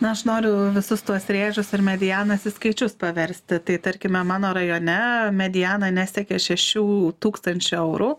na aš noriu visus tuos rėžius ir medianas į skaičius paversti tai tarkime mano rajone mediana nesiekia šešių tūkstančių eurų